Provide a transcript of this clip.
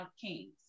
kings